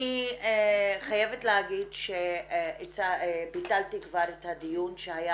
אני חייבת להגיד שביטלתי כבר את הדיון שהיה